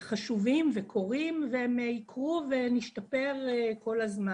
חשובים, הם קורים, הם יקרו ואנחנו נשתפר כל הזמן.